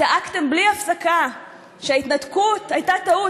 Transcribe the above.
צעקתם בלי הפסקה שההתנתקות הייתה טעות,